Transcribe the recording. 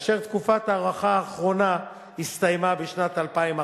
כאשר תקופת ההארכה האחרונה הסתיימה בסוף שנת